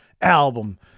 album